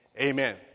amen